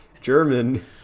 German